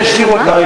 אני אשלים אותן.